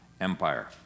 empire